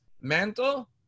mantle